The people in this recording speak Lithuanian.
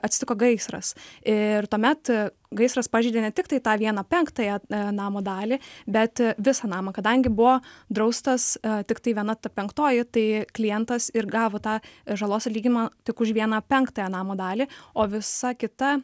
atsitiko gaisras ir tuomet gaisras pažeidė ne tik tą vieną penktąją dalį namo dalį bet visą namą kadangi buvo draustas tiktai viena ta penktoji tai klientas ir gavo tą žalos atlyginimą tik už vieną penktąją namo dalį o visa kita